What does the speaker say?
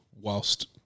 whilst